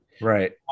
Right